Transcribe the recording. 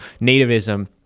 nativism